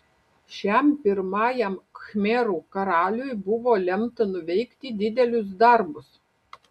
šiam pirmajam khmerų karaliui buvo lemta nuveikti didelius darbus